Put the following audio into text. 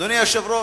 אדוני היושב-ראש,